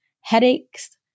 headaches